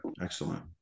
excellent